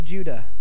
Judah